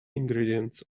ingredients